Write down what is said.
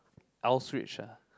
Auschwitz ah